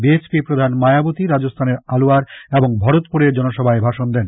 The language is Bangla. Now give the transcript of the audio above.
বিএসপি প্রধান মায়াবতী রাজস্থানের আলুয়ার এবং ভরতপুরে জনসভায় ভাষণ দেবেন